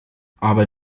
aber